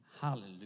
Hallelujah